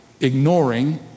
ignoring